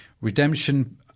redemption